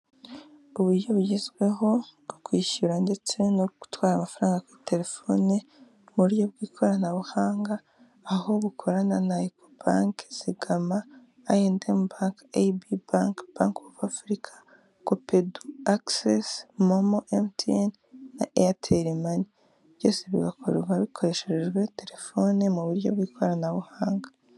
Uburyo bugezweho bwo kwishyura ndetse no gutwara amafaranga kuri telefone mu buryo bw'ikoranabuhanga, aho bukorana na ekobanke, zigama, ayendemu banke, eyibi banke, banke ofu afurica, kopedu, agisesi, momo emutiyene na eyateri mai byose bigakorwa hakoreshejwe telefoni mu buryo bw'ikoranabuhanga.